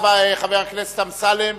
המפה האחת היא מפת אזורי העדיפות הלאומית,